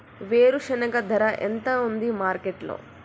వేరుశెనగ ధర ఎంత ఉంది మార్కెట్ లో?